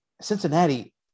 Cincinnati